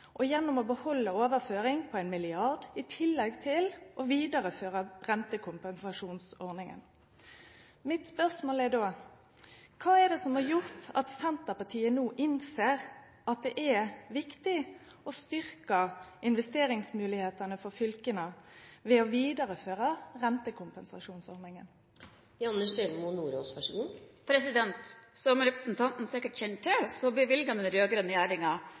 veisatsingen gjennom økte bevilgninger og gjennom å beholde en overføring på 1 mrd. kr – i tillegg til å videreføre rentekompensasjonsordningen. Mitt spørsmål er: Hva er det som har gjort at Senterpartiet nå innser at det er viktig å styrke investeringsmulighetene for fylkene ved å videreføre rentekompensasjonsordningen? Som representanten sikkert kjenner til, bevilget den